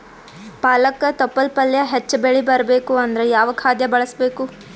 ಪಾಲಕ ತೊಪಲ ಪಲ್ಯ ಹೆಚ್ಚ ಬೆಳಿ ಬರಬೇಕು ಅಂದರ ಯಾವ ಖಾದ್ಯ ಬಳಸಬೇಕು?